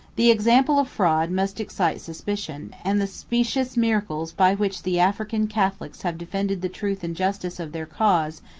the example of fraud must excite suspicion and the specious miracles by which the african catholics have defended the truth and justice of their cause,